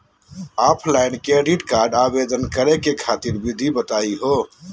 Offline credit card आवेदन करे खातिर विधि बताही हो?